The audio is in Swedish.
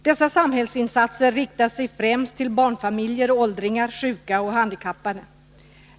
Dessa samhällsinsatser riktar sig främst till barnfamiljer, åldringar, sjuka och handikappade.